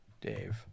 Dave